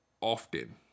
often